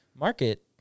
market